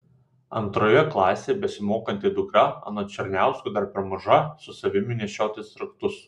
antroje klasėje besimokanti dukra anot černiauskų dar per maža su savimi nešiotis raktus